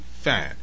fine